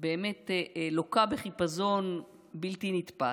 באמת לוקות בחיפזון בלתי נתפס.